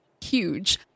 huge